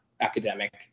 academic